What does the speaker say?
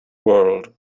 world